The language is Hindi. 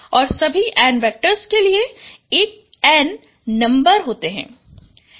और सभी N वेक्टर्स के लिए N नंबर होते हैं